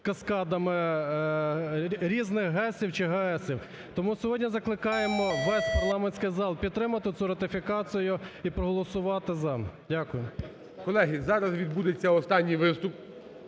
каскадами різних ГЕСів чи ГАЕСів. Тому сьогодні закликаємо весь парламентський зал підтримати цю ратифікацію і проголосувати "за". Дякую. ГОЛОВУЮЧИЙ. Колеги, зараз відбудеться останній виступ,